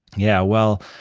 yeah. well,